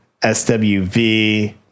SWV